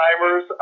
timers